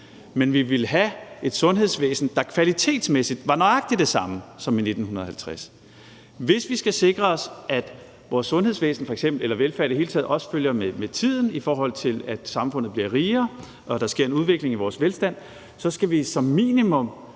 men vi ville have et sundhedsvæsen, der kvalitetsmæssigt var nøjagtig det samme som i 1950. Hvis vi skal sikre os, at vores sundhedsvæsen eller velfærd i det hele taget også følger med tiden, i forhold til at samfundet bliver rigere og der sker en udvikling i vores velfærd, skal vi som minimum